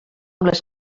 les